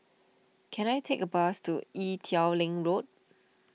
can I take a bus to Ee Teow Leng Road